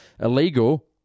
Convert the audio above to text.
illegal